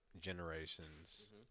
generations